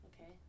Okay